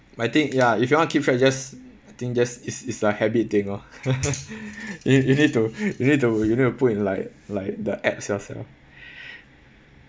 but I think ya if you want keep track just I think just is is a habit thing lor you you need to you need to you need to put in like like the apps yourself